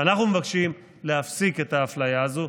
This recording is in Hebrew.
ואנחנו מבקשים להפסיק את האפליה הזאת.